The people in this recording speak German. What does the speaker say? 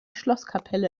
schlosskapelle